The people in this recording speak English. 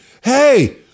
hey